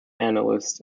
analysts